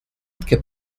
que